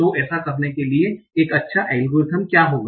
तो ऐसा करने के लिए एक अच्छा एल्गोरिथ्म क्या होगा